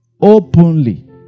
openly